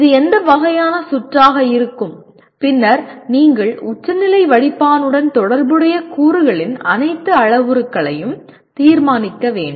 இது எந்த வகையான சுற்றாக இருக்கும் பின்னர் நீங்கள் உச்சநிலை வடிப்பானுடன் தொடர்புடைய கூறுகளின் அனைத்து அளவுருக்களையும் தீர்மானிக்க வேண்டும்